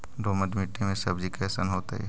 दोमट मट्टी में सब्जी कैसन होतै?